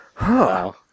Wow